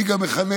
אני גם אכנס